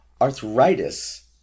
arthritis